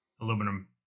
aluminum